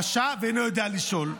רשע וזה שאינו יודע לשאול.